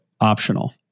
optional